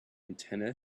antenna